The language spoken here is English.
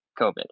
COVID